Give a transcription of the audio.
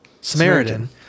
Samaritan